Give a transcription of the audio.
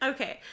Okay